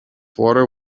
water